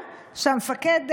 לישראל.